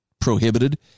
prohibited